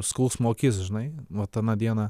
skausmo akis žinai vat aną dieną